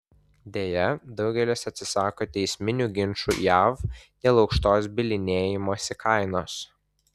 deja daugelis atsisako teisminių ginčų jav dėl aukštos bylinėjimosi kainos